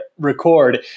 record